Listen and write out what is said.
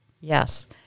Yes